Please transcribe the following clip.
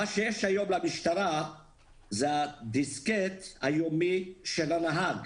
מה שיש היום למשטרה זה הדיסקט היומי של הנהג.